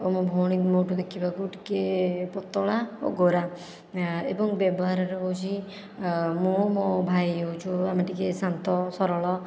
ଓ ମୋ ଭଉଣୀ ମୋଠୁ ଦେଖିବାକୁ ଟିକେ ପତଳା ଓ ଗୋରା ଏବଂ ବ୍ୟବହାରରେ ହେଉଛି ମୁଁ ମୋ ଭାଇ ହେଉଛୁ ଆମେ ଟିକେ ଶାନ୍ତ ସରଳ